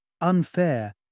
unfair